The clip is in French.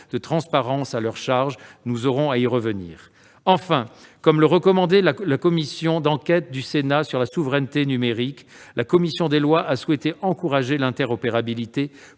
de transparence à leur charge. Nous y reviendrons. Enfin, comme le recommandait la commission d'enquête du Sénat sur la souveraineté numérique, nous avons souhaité encourager l'interopérabilité